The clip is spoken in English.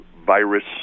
virus